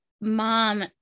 mom